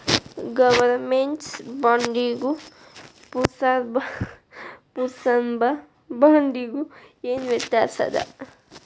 government ಬಾಂಡಿಗೂ ಪುರ್ಸಭಾ ಬಾಂಡಿಗು ಏನ್ ವ್ಯತ್ಯಾಸದ